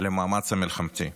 למאמץ המלחמתי.